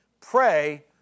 pray